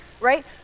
right